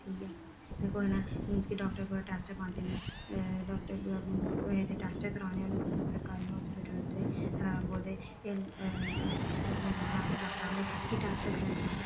ठीक ऐ ते कुहै ने जिसलै डाक्टर कोई टैस्ट पांदे न डाक्टर कुसै दे टैस्ट कराने होन बंदा सरकारी हास्पिटल उत्थै बोलदे कि दस्सन जाना होए ते डाक्टर आखदे इत्थै टैस्ट कराई आओ